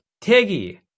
Tiggy